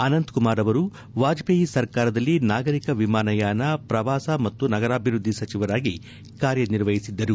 ಅನಂತಕುಮಾರ್ ಅವರು ವಾಜಪೇಯಿ ಸರ್ಕಾರದಲ್ಲಿ ನಾಗರಿಕ ವಿಮಾನಯಾನ ಪ್ರವಾಸ ಮತ್ತು ನಗರಾಭಿವೃದ್ದಿ ಸಚಿವರಾಗಿ ಕಾರ್ಯನಿರ್ವಹಿಸಿದ್ದರು